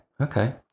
Okay